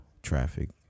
traffic